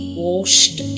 washed